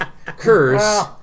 Curse